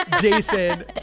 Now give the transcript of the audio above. Jason